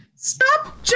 Stop